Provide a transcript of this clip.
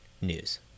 news